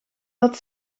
dat